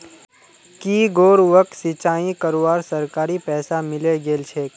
की गौरवक सिंचाई करवार सरकारी पैसा मिले गेल छेक